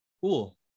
cool